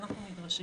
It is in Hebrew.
ולכן אנחנו נדרשים